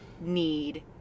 need